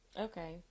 Okay